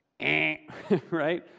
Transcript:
Right